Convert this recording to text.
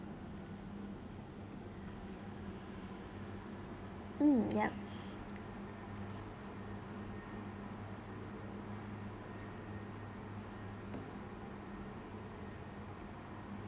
mm yup